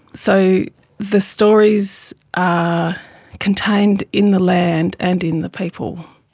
so the stories are contained in the land and in the people.